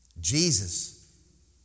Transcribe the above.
Jesus